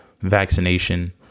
vaccination